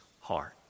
heart